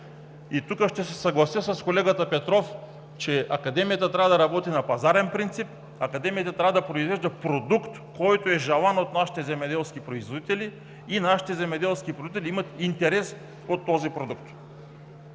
Тук ще се съглася с колегата Петров, че Академията трябва да работи на пазарен принцип, Академията трябва да произвежда продукт, който е желан от нашите земеделски производители и те имат интерес от този продукт.